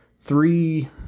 three